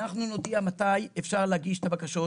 אנחנו נודיע מתי יהיה אפשר להגיש את הבקשות,